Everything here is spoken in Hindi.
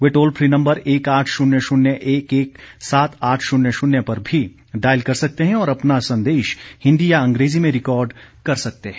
वे टोल फ्री नंबर एक आठ शून्य शून्य एक एक सात आठ शून्य शून्य पर भी डायल कर सकते हैं और अपना संदेश हिंदी या अंग्रेजी में रिकॉर्ड कर सकते हैं